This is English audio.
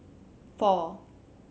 four